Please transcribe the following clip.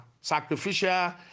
sacrificial